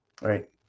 Right